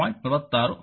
46 ಮತ್ತು 2